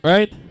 Right